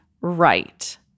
right